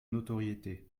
notoriété